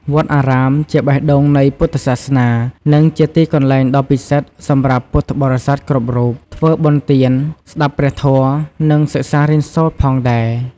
វត្តអារាម ជាបេះដូងនៃពុទ្ធសាសនា និងជាទីកន្លែងដ៏ពិសិដ្ឋសម្រាប់ពុទ្ធបរិស័ទគ្រប់រូប ធ្វើបុណ្យទាន ស្ដាបព្រះធម៏ និង សិក្សារៀនសូត្រផងដែរ។